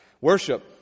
Worship